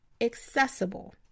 accessible